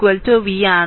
അതിനാൽ v1 v